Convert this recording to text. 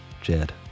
Jed